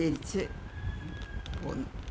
തിരിച്ച് പോന്നു